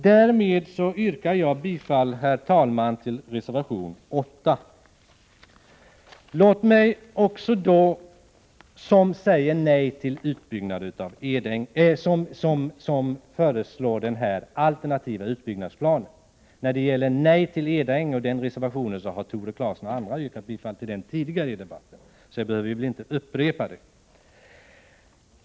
Därmed, herr talman, yrkar jag bifall till reservation 8 i bostadsutskottets betänkande 25, i vilken förslaget om denna alternativa utbyggnadsplan följs upp. Till den reservation som säger nej till utbyggnad av Edänge har Tore Claeson och andra i debatten yrkat bifall, så det yrkandet behöver jag inte upprepa.